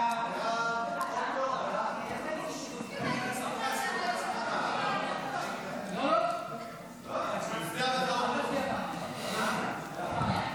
ההצעה להעביר את הצעת חוק לעידוד פעילות בשוק ההון (תיקוני חקיקה),